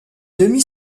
demi